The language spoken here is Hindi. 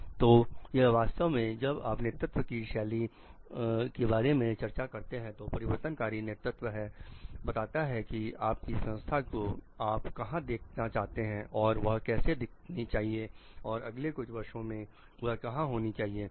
दो यह वास्तव में जब आप नेतृत्व की शैली के बारे में चर्चा करते हैं तो परिवर्तनकारी नेतृत्व है बताता है कि आपकी संस्था को आप कहां देखना चाहते हैं और वह कैसी दिखनी चाहिए और अगले कुछ वर्षों में वह कहां होनी चाहिए